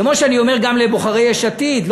כמו שאני אומר גם לבוחרי יש עתיד,